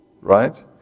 Right